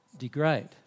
degrade